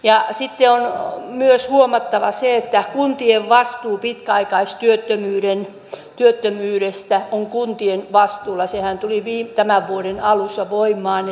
ja sitten on myös huomattava se että vastuu pitkäaikaistyöttömyydestä on kuntien vastuulla sehän tuli tämän vuoden alussa voimaan